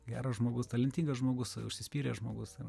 geras žmogus talentingas žmogus užsispyręs žmogus ar